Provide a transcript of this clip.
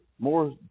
more